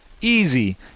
easy